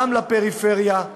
גם לפריפריה,